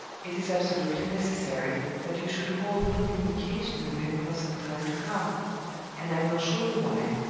it is absolutely necessary, that you should hold no communication with him for some time to come and i will show you why.